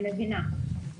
אני מבינה,